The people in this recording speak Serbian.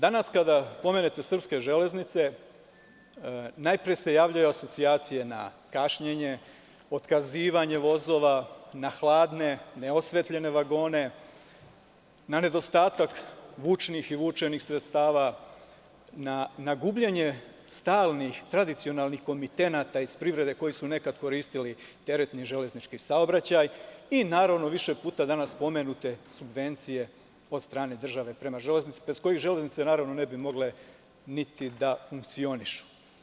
Danas kada pomenete srpske železnice najpre se javljaju asocijacije na kašnjenje, otkazivanje vozova, na hladne, neosvetljene vagone, na nedostatak vučnih i vučenih sredstava, ne gubljenje stalnih i tradicionalnih komitenata iz privrede, koji su nekad koristili teretni železnički saobraćaj i, naravno, više puta danas pomenute subvencije od strane države prema železnicama, bez kojih železnice, naravno, ne bi mogle ni da funkcionišu.